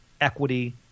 equity